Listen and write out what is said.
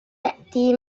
تأتي